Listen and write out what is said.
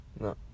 No